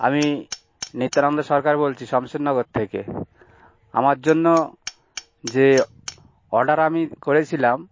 আমি নিত্যানন্দ সরকার বলছি সামসুর নগর থেকে আমার জন্য যে অর্ডার আমি করেছিলাম